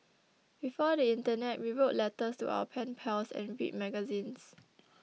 before the internet we wrote letters to our pen pals and read magazines